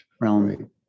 realm